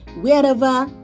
wherever